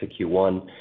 Q1